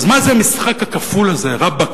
אז, מה זה המשחק הכפול הזה, רבאק?